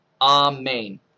Amen